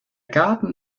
garten